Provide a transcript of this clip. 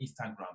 Instagram